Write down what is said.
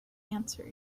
answer